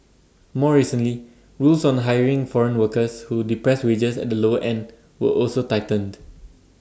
more recently rules on hiring foreign workers who depress wages at the lower end were also tightened